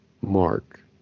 mark